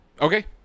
Okay